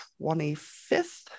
25th